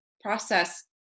process